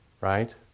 right